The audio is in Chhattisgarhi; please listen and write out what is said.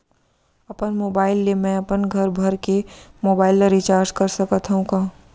अपन मोबाइल ले मैं अपन घरभर के मोबाइल ला रिचार्ज कर सकत हव का?